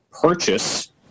purchase